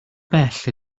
bell